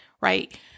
right